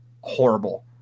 horrible